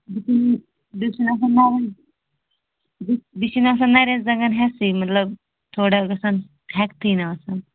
بیٚیہِ چھَنہٕ آسان نَرٮ۪ن بیٚیہِ چھنہٕ آسان نرٮ۪ن زنگن ہیٚکتھٕے مَطلَب تھوڑا گَژھان ہیٚکتھٕے نہٕ آسان